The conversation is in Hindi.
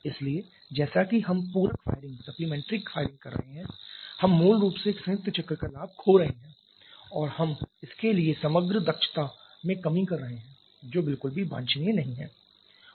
इसलिए जैसा कि हम पूरक फायरिंग कर रहे हैं हम मूल रूप से एक संयुक्त चक्र का लाभ खो रहे हैं और हम इसके लिए समग्र दक्षता में कमी कर रहे हैं जो बिल्कुल भी वांछनीय नहीं है